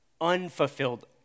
unfulfilled